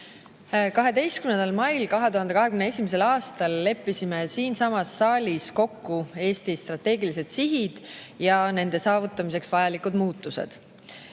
12. mail 2021. aastal leppisime siinsamas saalis kokku Eesti strateegilised sihid ja nende saavutamiseks vajalikud muutused.